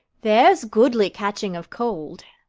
there's goodly catching of cold.